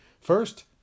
First